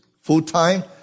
full-time